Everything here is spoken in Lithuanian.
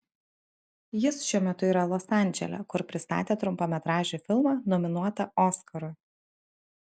jis šiuo metu yra los andžele kur pristatė trumpametražį filmą nominuotą oskarui